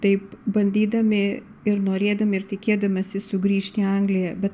taip bandydami ir norėdami ir tikėdamiesi sugrįžt į angliją bet